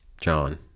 John